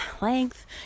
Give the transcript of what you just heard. length